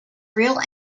real